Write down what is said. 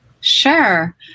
Sure